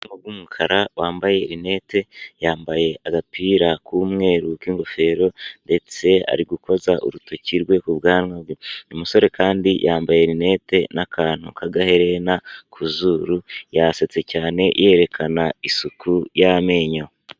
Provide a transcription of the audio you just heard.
Umusore ufite ubwanwa bw'umukara wambaye rinete, yambaye agapira k'umweru k'ingofero ndetse ari gukoza urutoki rwe ku bwanwa bwe. Uyu musore kandi yambaye rinette n'akantu k'agaherena ku zuru, yasetse cyane yerekana isuku y'amenyo.